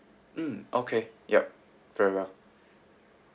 mm okay yup very well